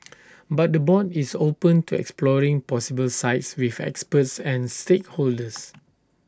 but the board is open to exploring possible sites with experts and stakeholders